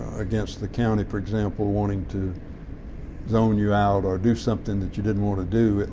against the county, for example, wanting to zone you out or do something that you didn't want to do.